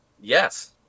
Yes